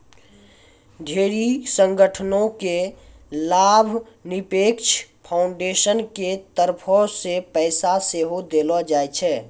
ढेरी संगठनो के लाभनिरपेक्ष फाउन्डेसन के तरफो से पैसा सेहो देलो जाय छै